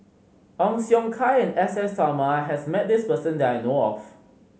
Ong Siong Kai and S S Sarma has met this person that I know of